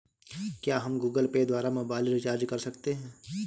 क्या हम Google Pay द्वारा मोबाइल रिचार्ज कर सकते हैं?